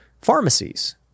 pharmacies